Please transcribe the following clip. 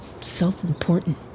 self-important